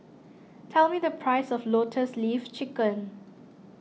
tell me the price of Lotus Leaf Chicken